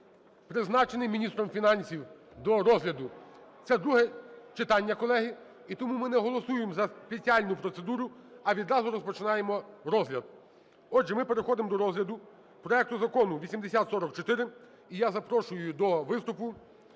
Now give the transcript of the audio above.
призначений міністром фінансів до розгляду. Це друге читання, колеги. І тому ми не голосуємо за спеціальну процедуру, а відразу починаємо розгляд. Отже, ми переходимо до розгляду проекту Закону 8044. І я запрошую до виступу